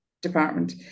department